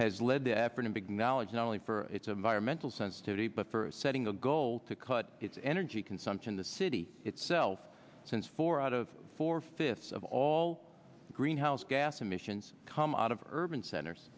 has led the effort in big knowledge not only for its environmental sensitivity but for setting a goal to cut its energy consumption the city itself since four out of four fifths of all greenhouse gas emissions come out of urban centers